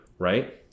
Right